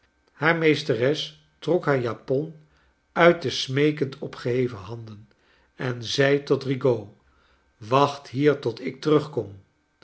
haar mees teres trok haar japon uit de smeekend opgeheven handen en zei tot rigaud wacht hier tot ik terugkom